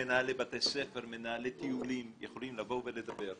מנהלי בתי ספר, מנהלי טיולים יוכלו לבוא ולדבר.